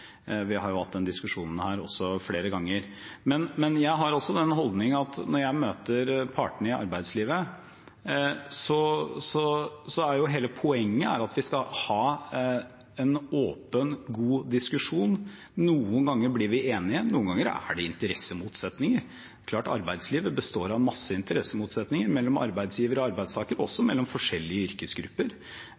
Vi har også hatt denne diskusjonen flere ganger her. Men jeg har også den holdning at når jeg møter partene i arbeidslivet, er hele poenget at vi skal ha en åpen og god diskusjon. Noen ganger blir vi enige, noen ganger er det interessemotsetninger, det er klart. Arbeidslivet består av masse interessemotsetninger mellom arbeidsgiver og arbeidstaker, også mellom forskjellige yrkesgrupper.